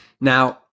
Now